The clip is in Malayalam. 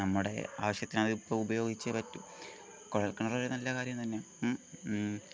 നമ്മുടെ ആവശ്യത്തിനത് ഇപ്പോൾ ഉപയോഗിച്ചേ പറ്റൂ കുഴൽ കിണർ ഒരു നല്ല കാര്യം തന്നെ ആണ്